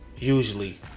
Usually